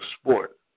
sport